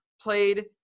played